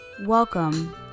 Welcome